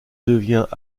devient